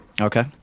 okay